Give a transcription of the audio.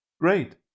Great